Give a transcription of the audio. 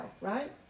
right